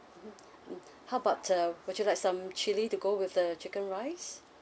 mm mm how about uh would you like some chili to go with the chicken rice